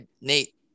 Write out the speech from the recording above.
Nate